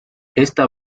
esta